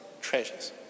treasures